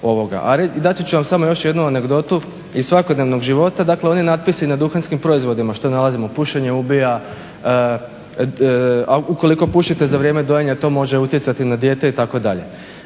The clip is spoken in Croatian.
I dati ću vam samo još jednu anegdotu iz svakodnevnog života, dakle oni natpisi na duhanskim proizvodima što nalazimo – pušenje ubija, ukoliko pušite za vrijeme dojenja to može utjecati na dijete itd., moj